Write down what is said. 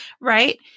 right